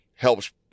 helps